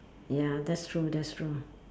ya that's true that's true